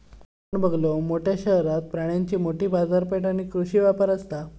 आपण बघलव, मोठ्या शहरात प्राण्यांची मोठी बाजारपेठ आणि कृषी व्यापार असता